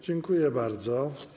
Dziękuję bardzo.